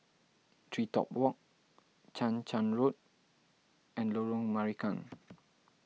TreeTop Walk Chang Charn Road and Lorong Marican